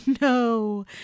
No